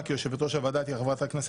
סיעת יהדות התורה חבר אחד,